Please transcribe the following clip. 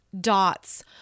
dots